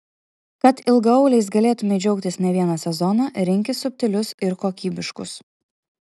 kad ilgaauliais galėtumei džiaugtis ne vieną sezoną rinkis subtilius ir kokybiškus